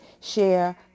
Share